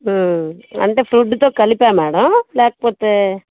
అంటే ఫుడ్డుతో కలిపా మ్యాడమ్ లేకపోతే